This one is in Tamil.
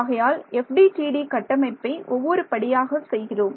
ஆகையால் FDTD கட்டமைப்பை ஒவ்வொரு படியாக செய்கிறோம்